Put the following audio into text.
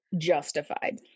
justified